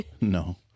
No